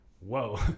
whoa